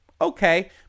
Okay